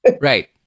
right